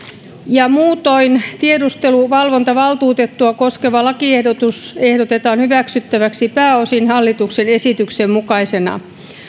muutoin tiedusteluvalvontavaltuutettua koskeva lakiehdotus ehdotetaan hyväksyttäväksi pääosin hallituksen esityksen mukaisena